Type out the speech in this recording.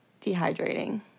dehydrating